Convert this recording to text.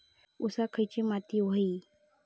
ऊसाक खयली माती व्हयी?